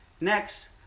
Next